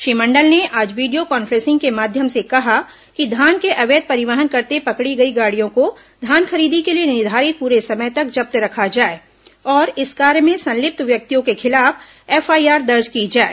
श्री मंडल ने आज video conferencing के माध्यम से कहा कि धान के अवैध परिवहन करते पकड़ी गई गाड़ियों को धान खरीदी के लिए निर्धारित पूरे समय तक जब्त रखा जाए और इस कार्य में संलिप्त व्यक्तियों के खिलाफ एफआईआर दर्ज की जाए